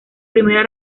primera